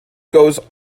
goes